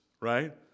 right